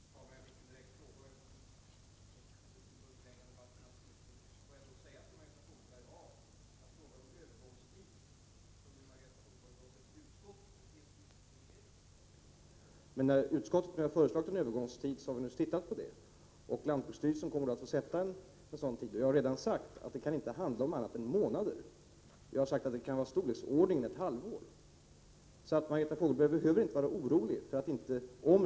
Herr talman! En direkt fråga ställdes till mig. Jag vill emellertid inte förlänga debatten särskilt mycket mera. Därför vill jag till Margareta Fogelberg bara säga att frågan om en övergångstid inte finns med i regeringens förslag. Men eftersom utskottet har föreslagit en övergångstid, har vi studerat den frågan. Lantbruksstyrelsen kommer att få fastställa en övergångstid. Jag har redan sagt att det inte kan handla om någonting annat än månader, kanske om ett halvår. Margareta Fogelberg behöver således inte vara orolig.